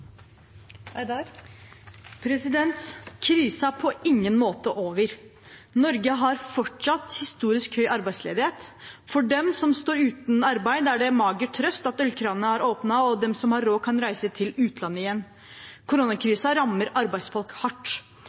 på ingen måte over. Norge har fortsatt historisk høy arbeidsledighet. For dem som står uten arbeid, er det mager trøst at ølkranene har åpnet, og at de som har råd, kan reise til utlandet igjen. Koronakrisen rammer arbeidsfolk hardt.